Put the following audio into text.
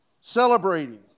celebrating